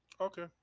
Okay